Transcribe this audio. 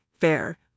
Fair